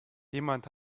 jemand